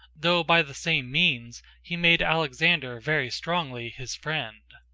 though by the same means he made alexander very strongly his friend.